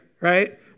right